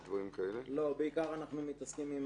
בעיקר אנחנו מתעסקים עם